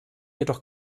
jedoch